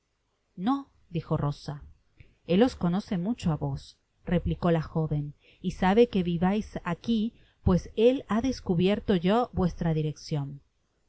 no dijo rosa el os conoce mucho á vos replicó la joven y sabe que viviais aqui pues por él he descubierto yo vuestra direccion